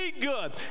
good